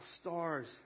stars